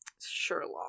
Sherlock